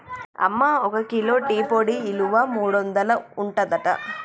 అమ్మ ఒక kilo tea పొడి ఇలువ మూడొందలు ఉంటదట